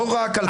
לא רק כמה פסלו.